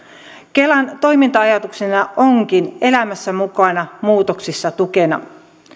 kelan toiminta ajatuksena onkin elämässä mukana muutoksissa tukena